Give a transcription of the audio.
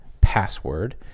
password